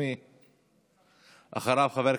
ולא האזרח את